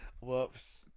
Whoops